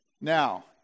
Now